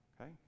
okay